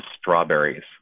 strawberries